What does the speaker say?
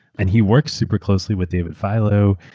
and he works super closely with david filo,